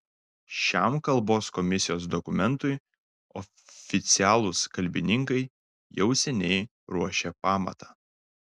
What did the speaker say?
šiam kalbos komisijos dokumentui oficialūs kalbininkai jau seniai ruošė pamatą